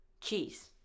Cheese